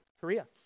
Korea